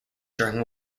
during